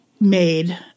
Made